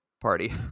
party